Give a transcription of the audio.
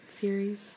series